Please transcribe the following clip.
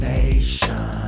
Nation